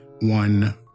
one